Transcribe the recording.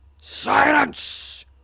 Silence